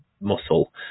muscle